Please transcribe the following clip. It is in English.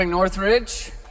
Northridge